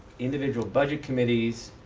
individual budget committees,